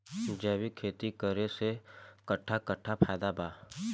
जैविक खेती करे से कट्ठा कट्ठा फायदा बा?